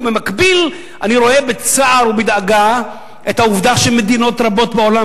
ובמקביל אני רואה בצער ובדאגה את העובדה שמדינות רבות בעולם,